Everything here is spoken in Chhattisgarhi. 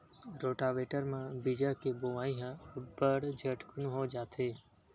रोटावेटर म बीजा के बोवई ह अब्बड़ झटकुन हो जाथे